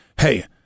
hey